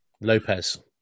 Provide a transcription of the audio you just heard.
Lopez